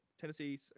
Tennessee